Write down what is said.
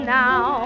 now